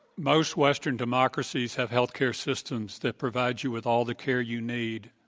most western democracies have health care systems that provide you with all the care you need,